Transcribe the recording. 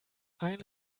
ein